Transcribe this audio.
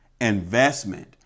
investment